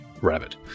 rabbit